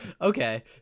Okay